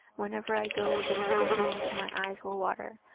whenever i go against the wind my eyes will water,